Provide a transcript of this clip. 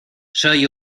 soy